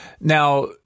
Now